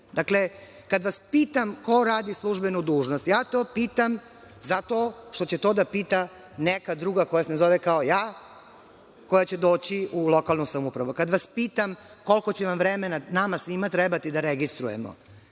želite? Dakle, kada vas pitam ko radi službenu dužnost? Ja to pitam zato što će to da pita neka druga koja se ne zove kao ja, koja će doći u lokalnu samoupravu. Kada vas pitam koliko će vremena nama svima trebati da registrujemo?